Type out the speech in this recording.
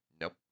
Nope